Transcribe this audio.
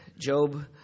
Job